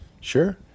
Sure